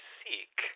seek